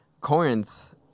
Corinth